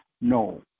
no